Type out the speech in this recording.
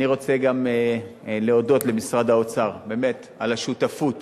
אני רוצה גם להודות למשרד האוצר באמת על השותפות